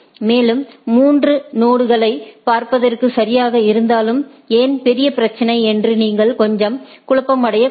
மேலும் மூன்று நொடுகளைப் பார்ப்பதற்கு சிறியதாக இருந்தாலும் ஏன் பெரிய பிரச்சினை என்று நீங்கள் கொஞ்சம் குழப்பமடையக்கூடும்